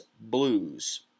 Blues